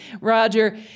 Roger